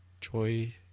joy